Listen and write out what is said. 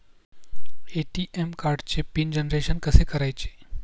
ATM कार्डचे pin generation कसे करायचे?